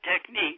technique